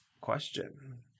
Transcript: question